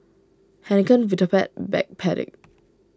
Heinekein Vitapet Backpedic